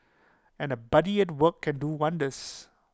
and A buddy at work can do wonders